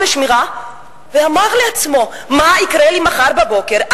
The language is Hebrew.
בשמירה ואמר לעצמו: מה יקרה לי מחר בבוקר?